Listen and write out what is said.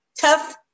tough